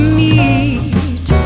meet